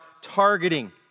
targeting